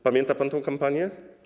Pamięta pan tę kampanię?